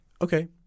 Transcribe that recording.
okay